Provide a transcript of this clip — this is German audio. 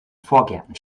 vorgärten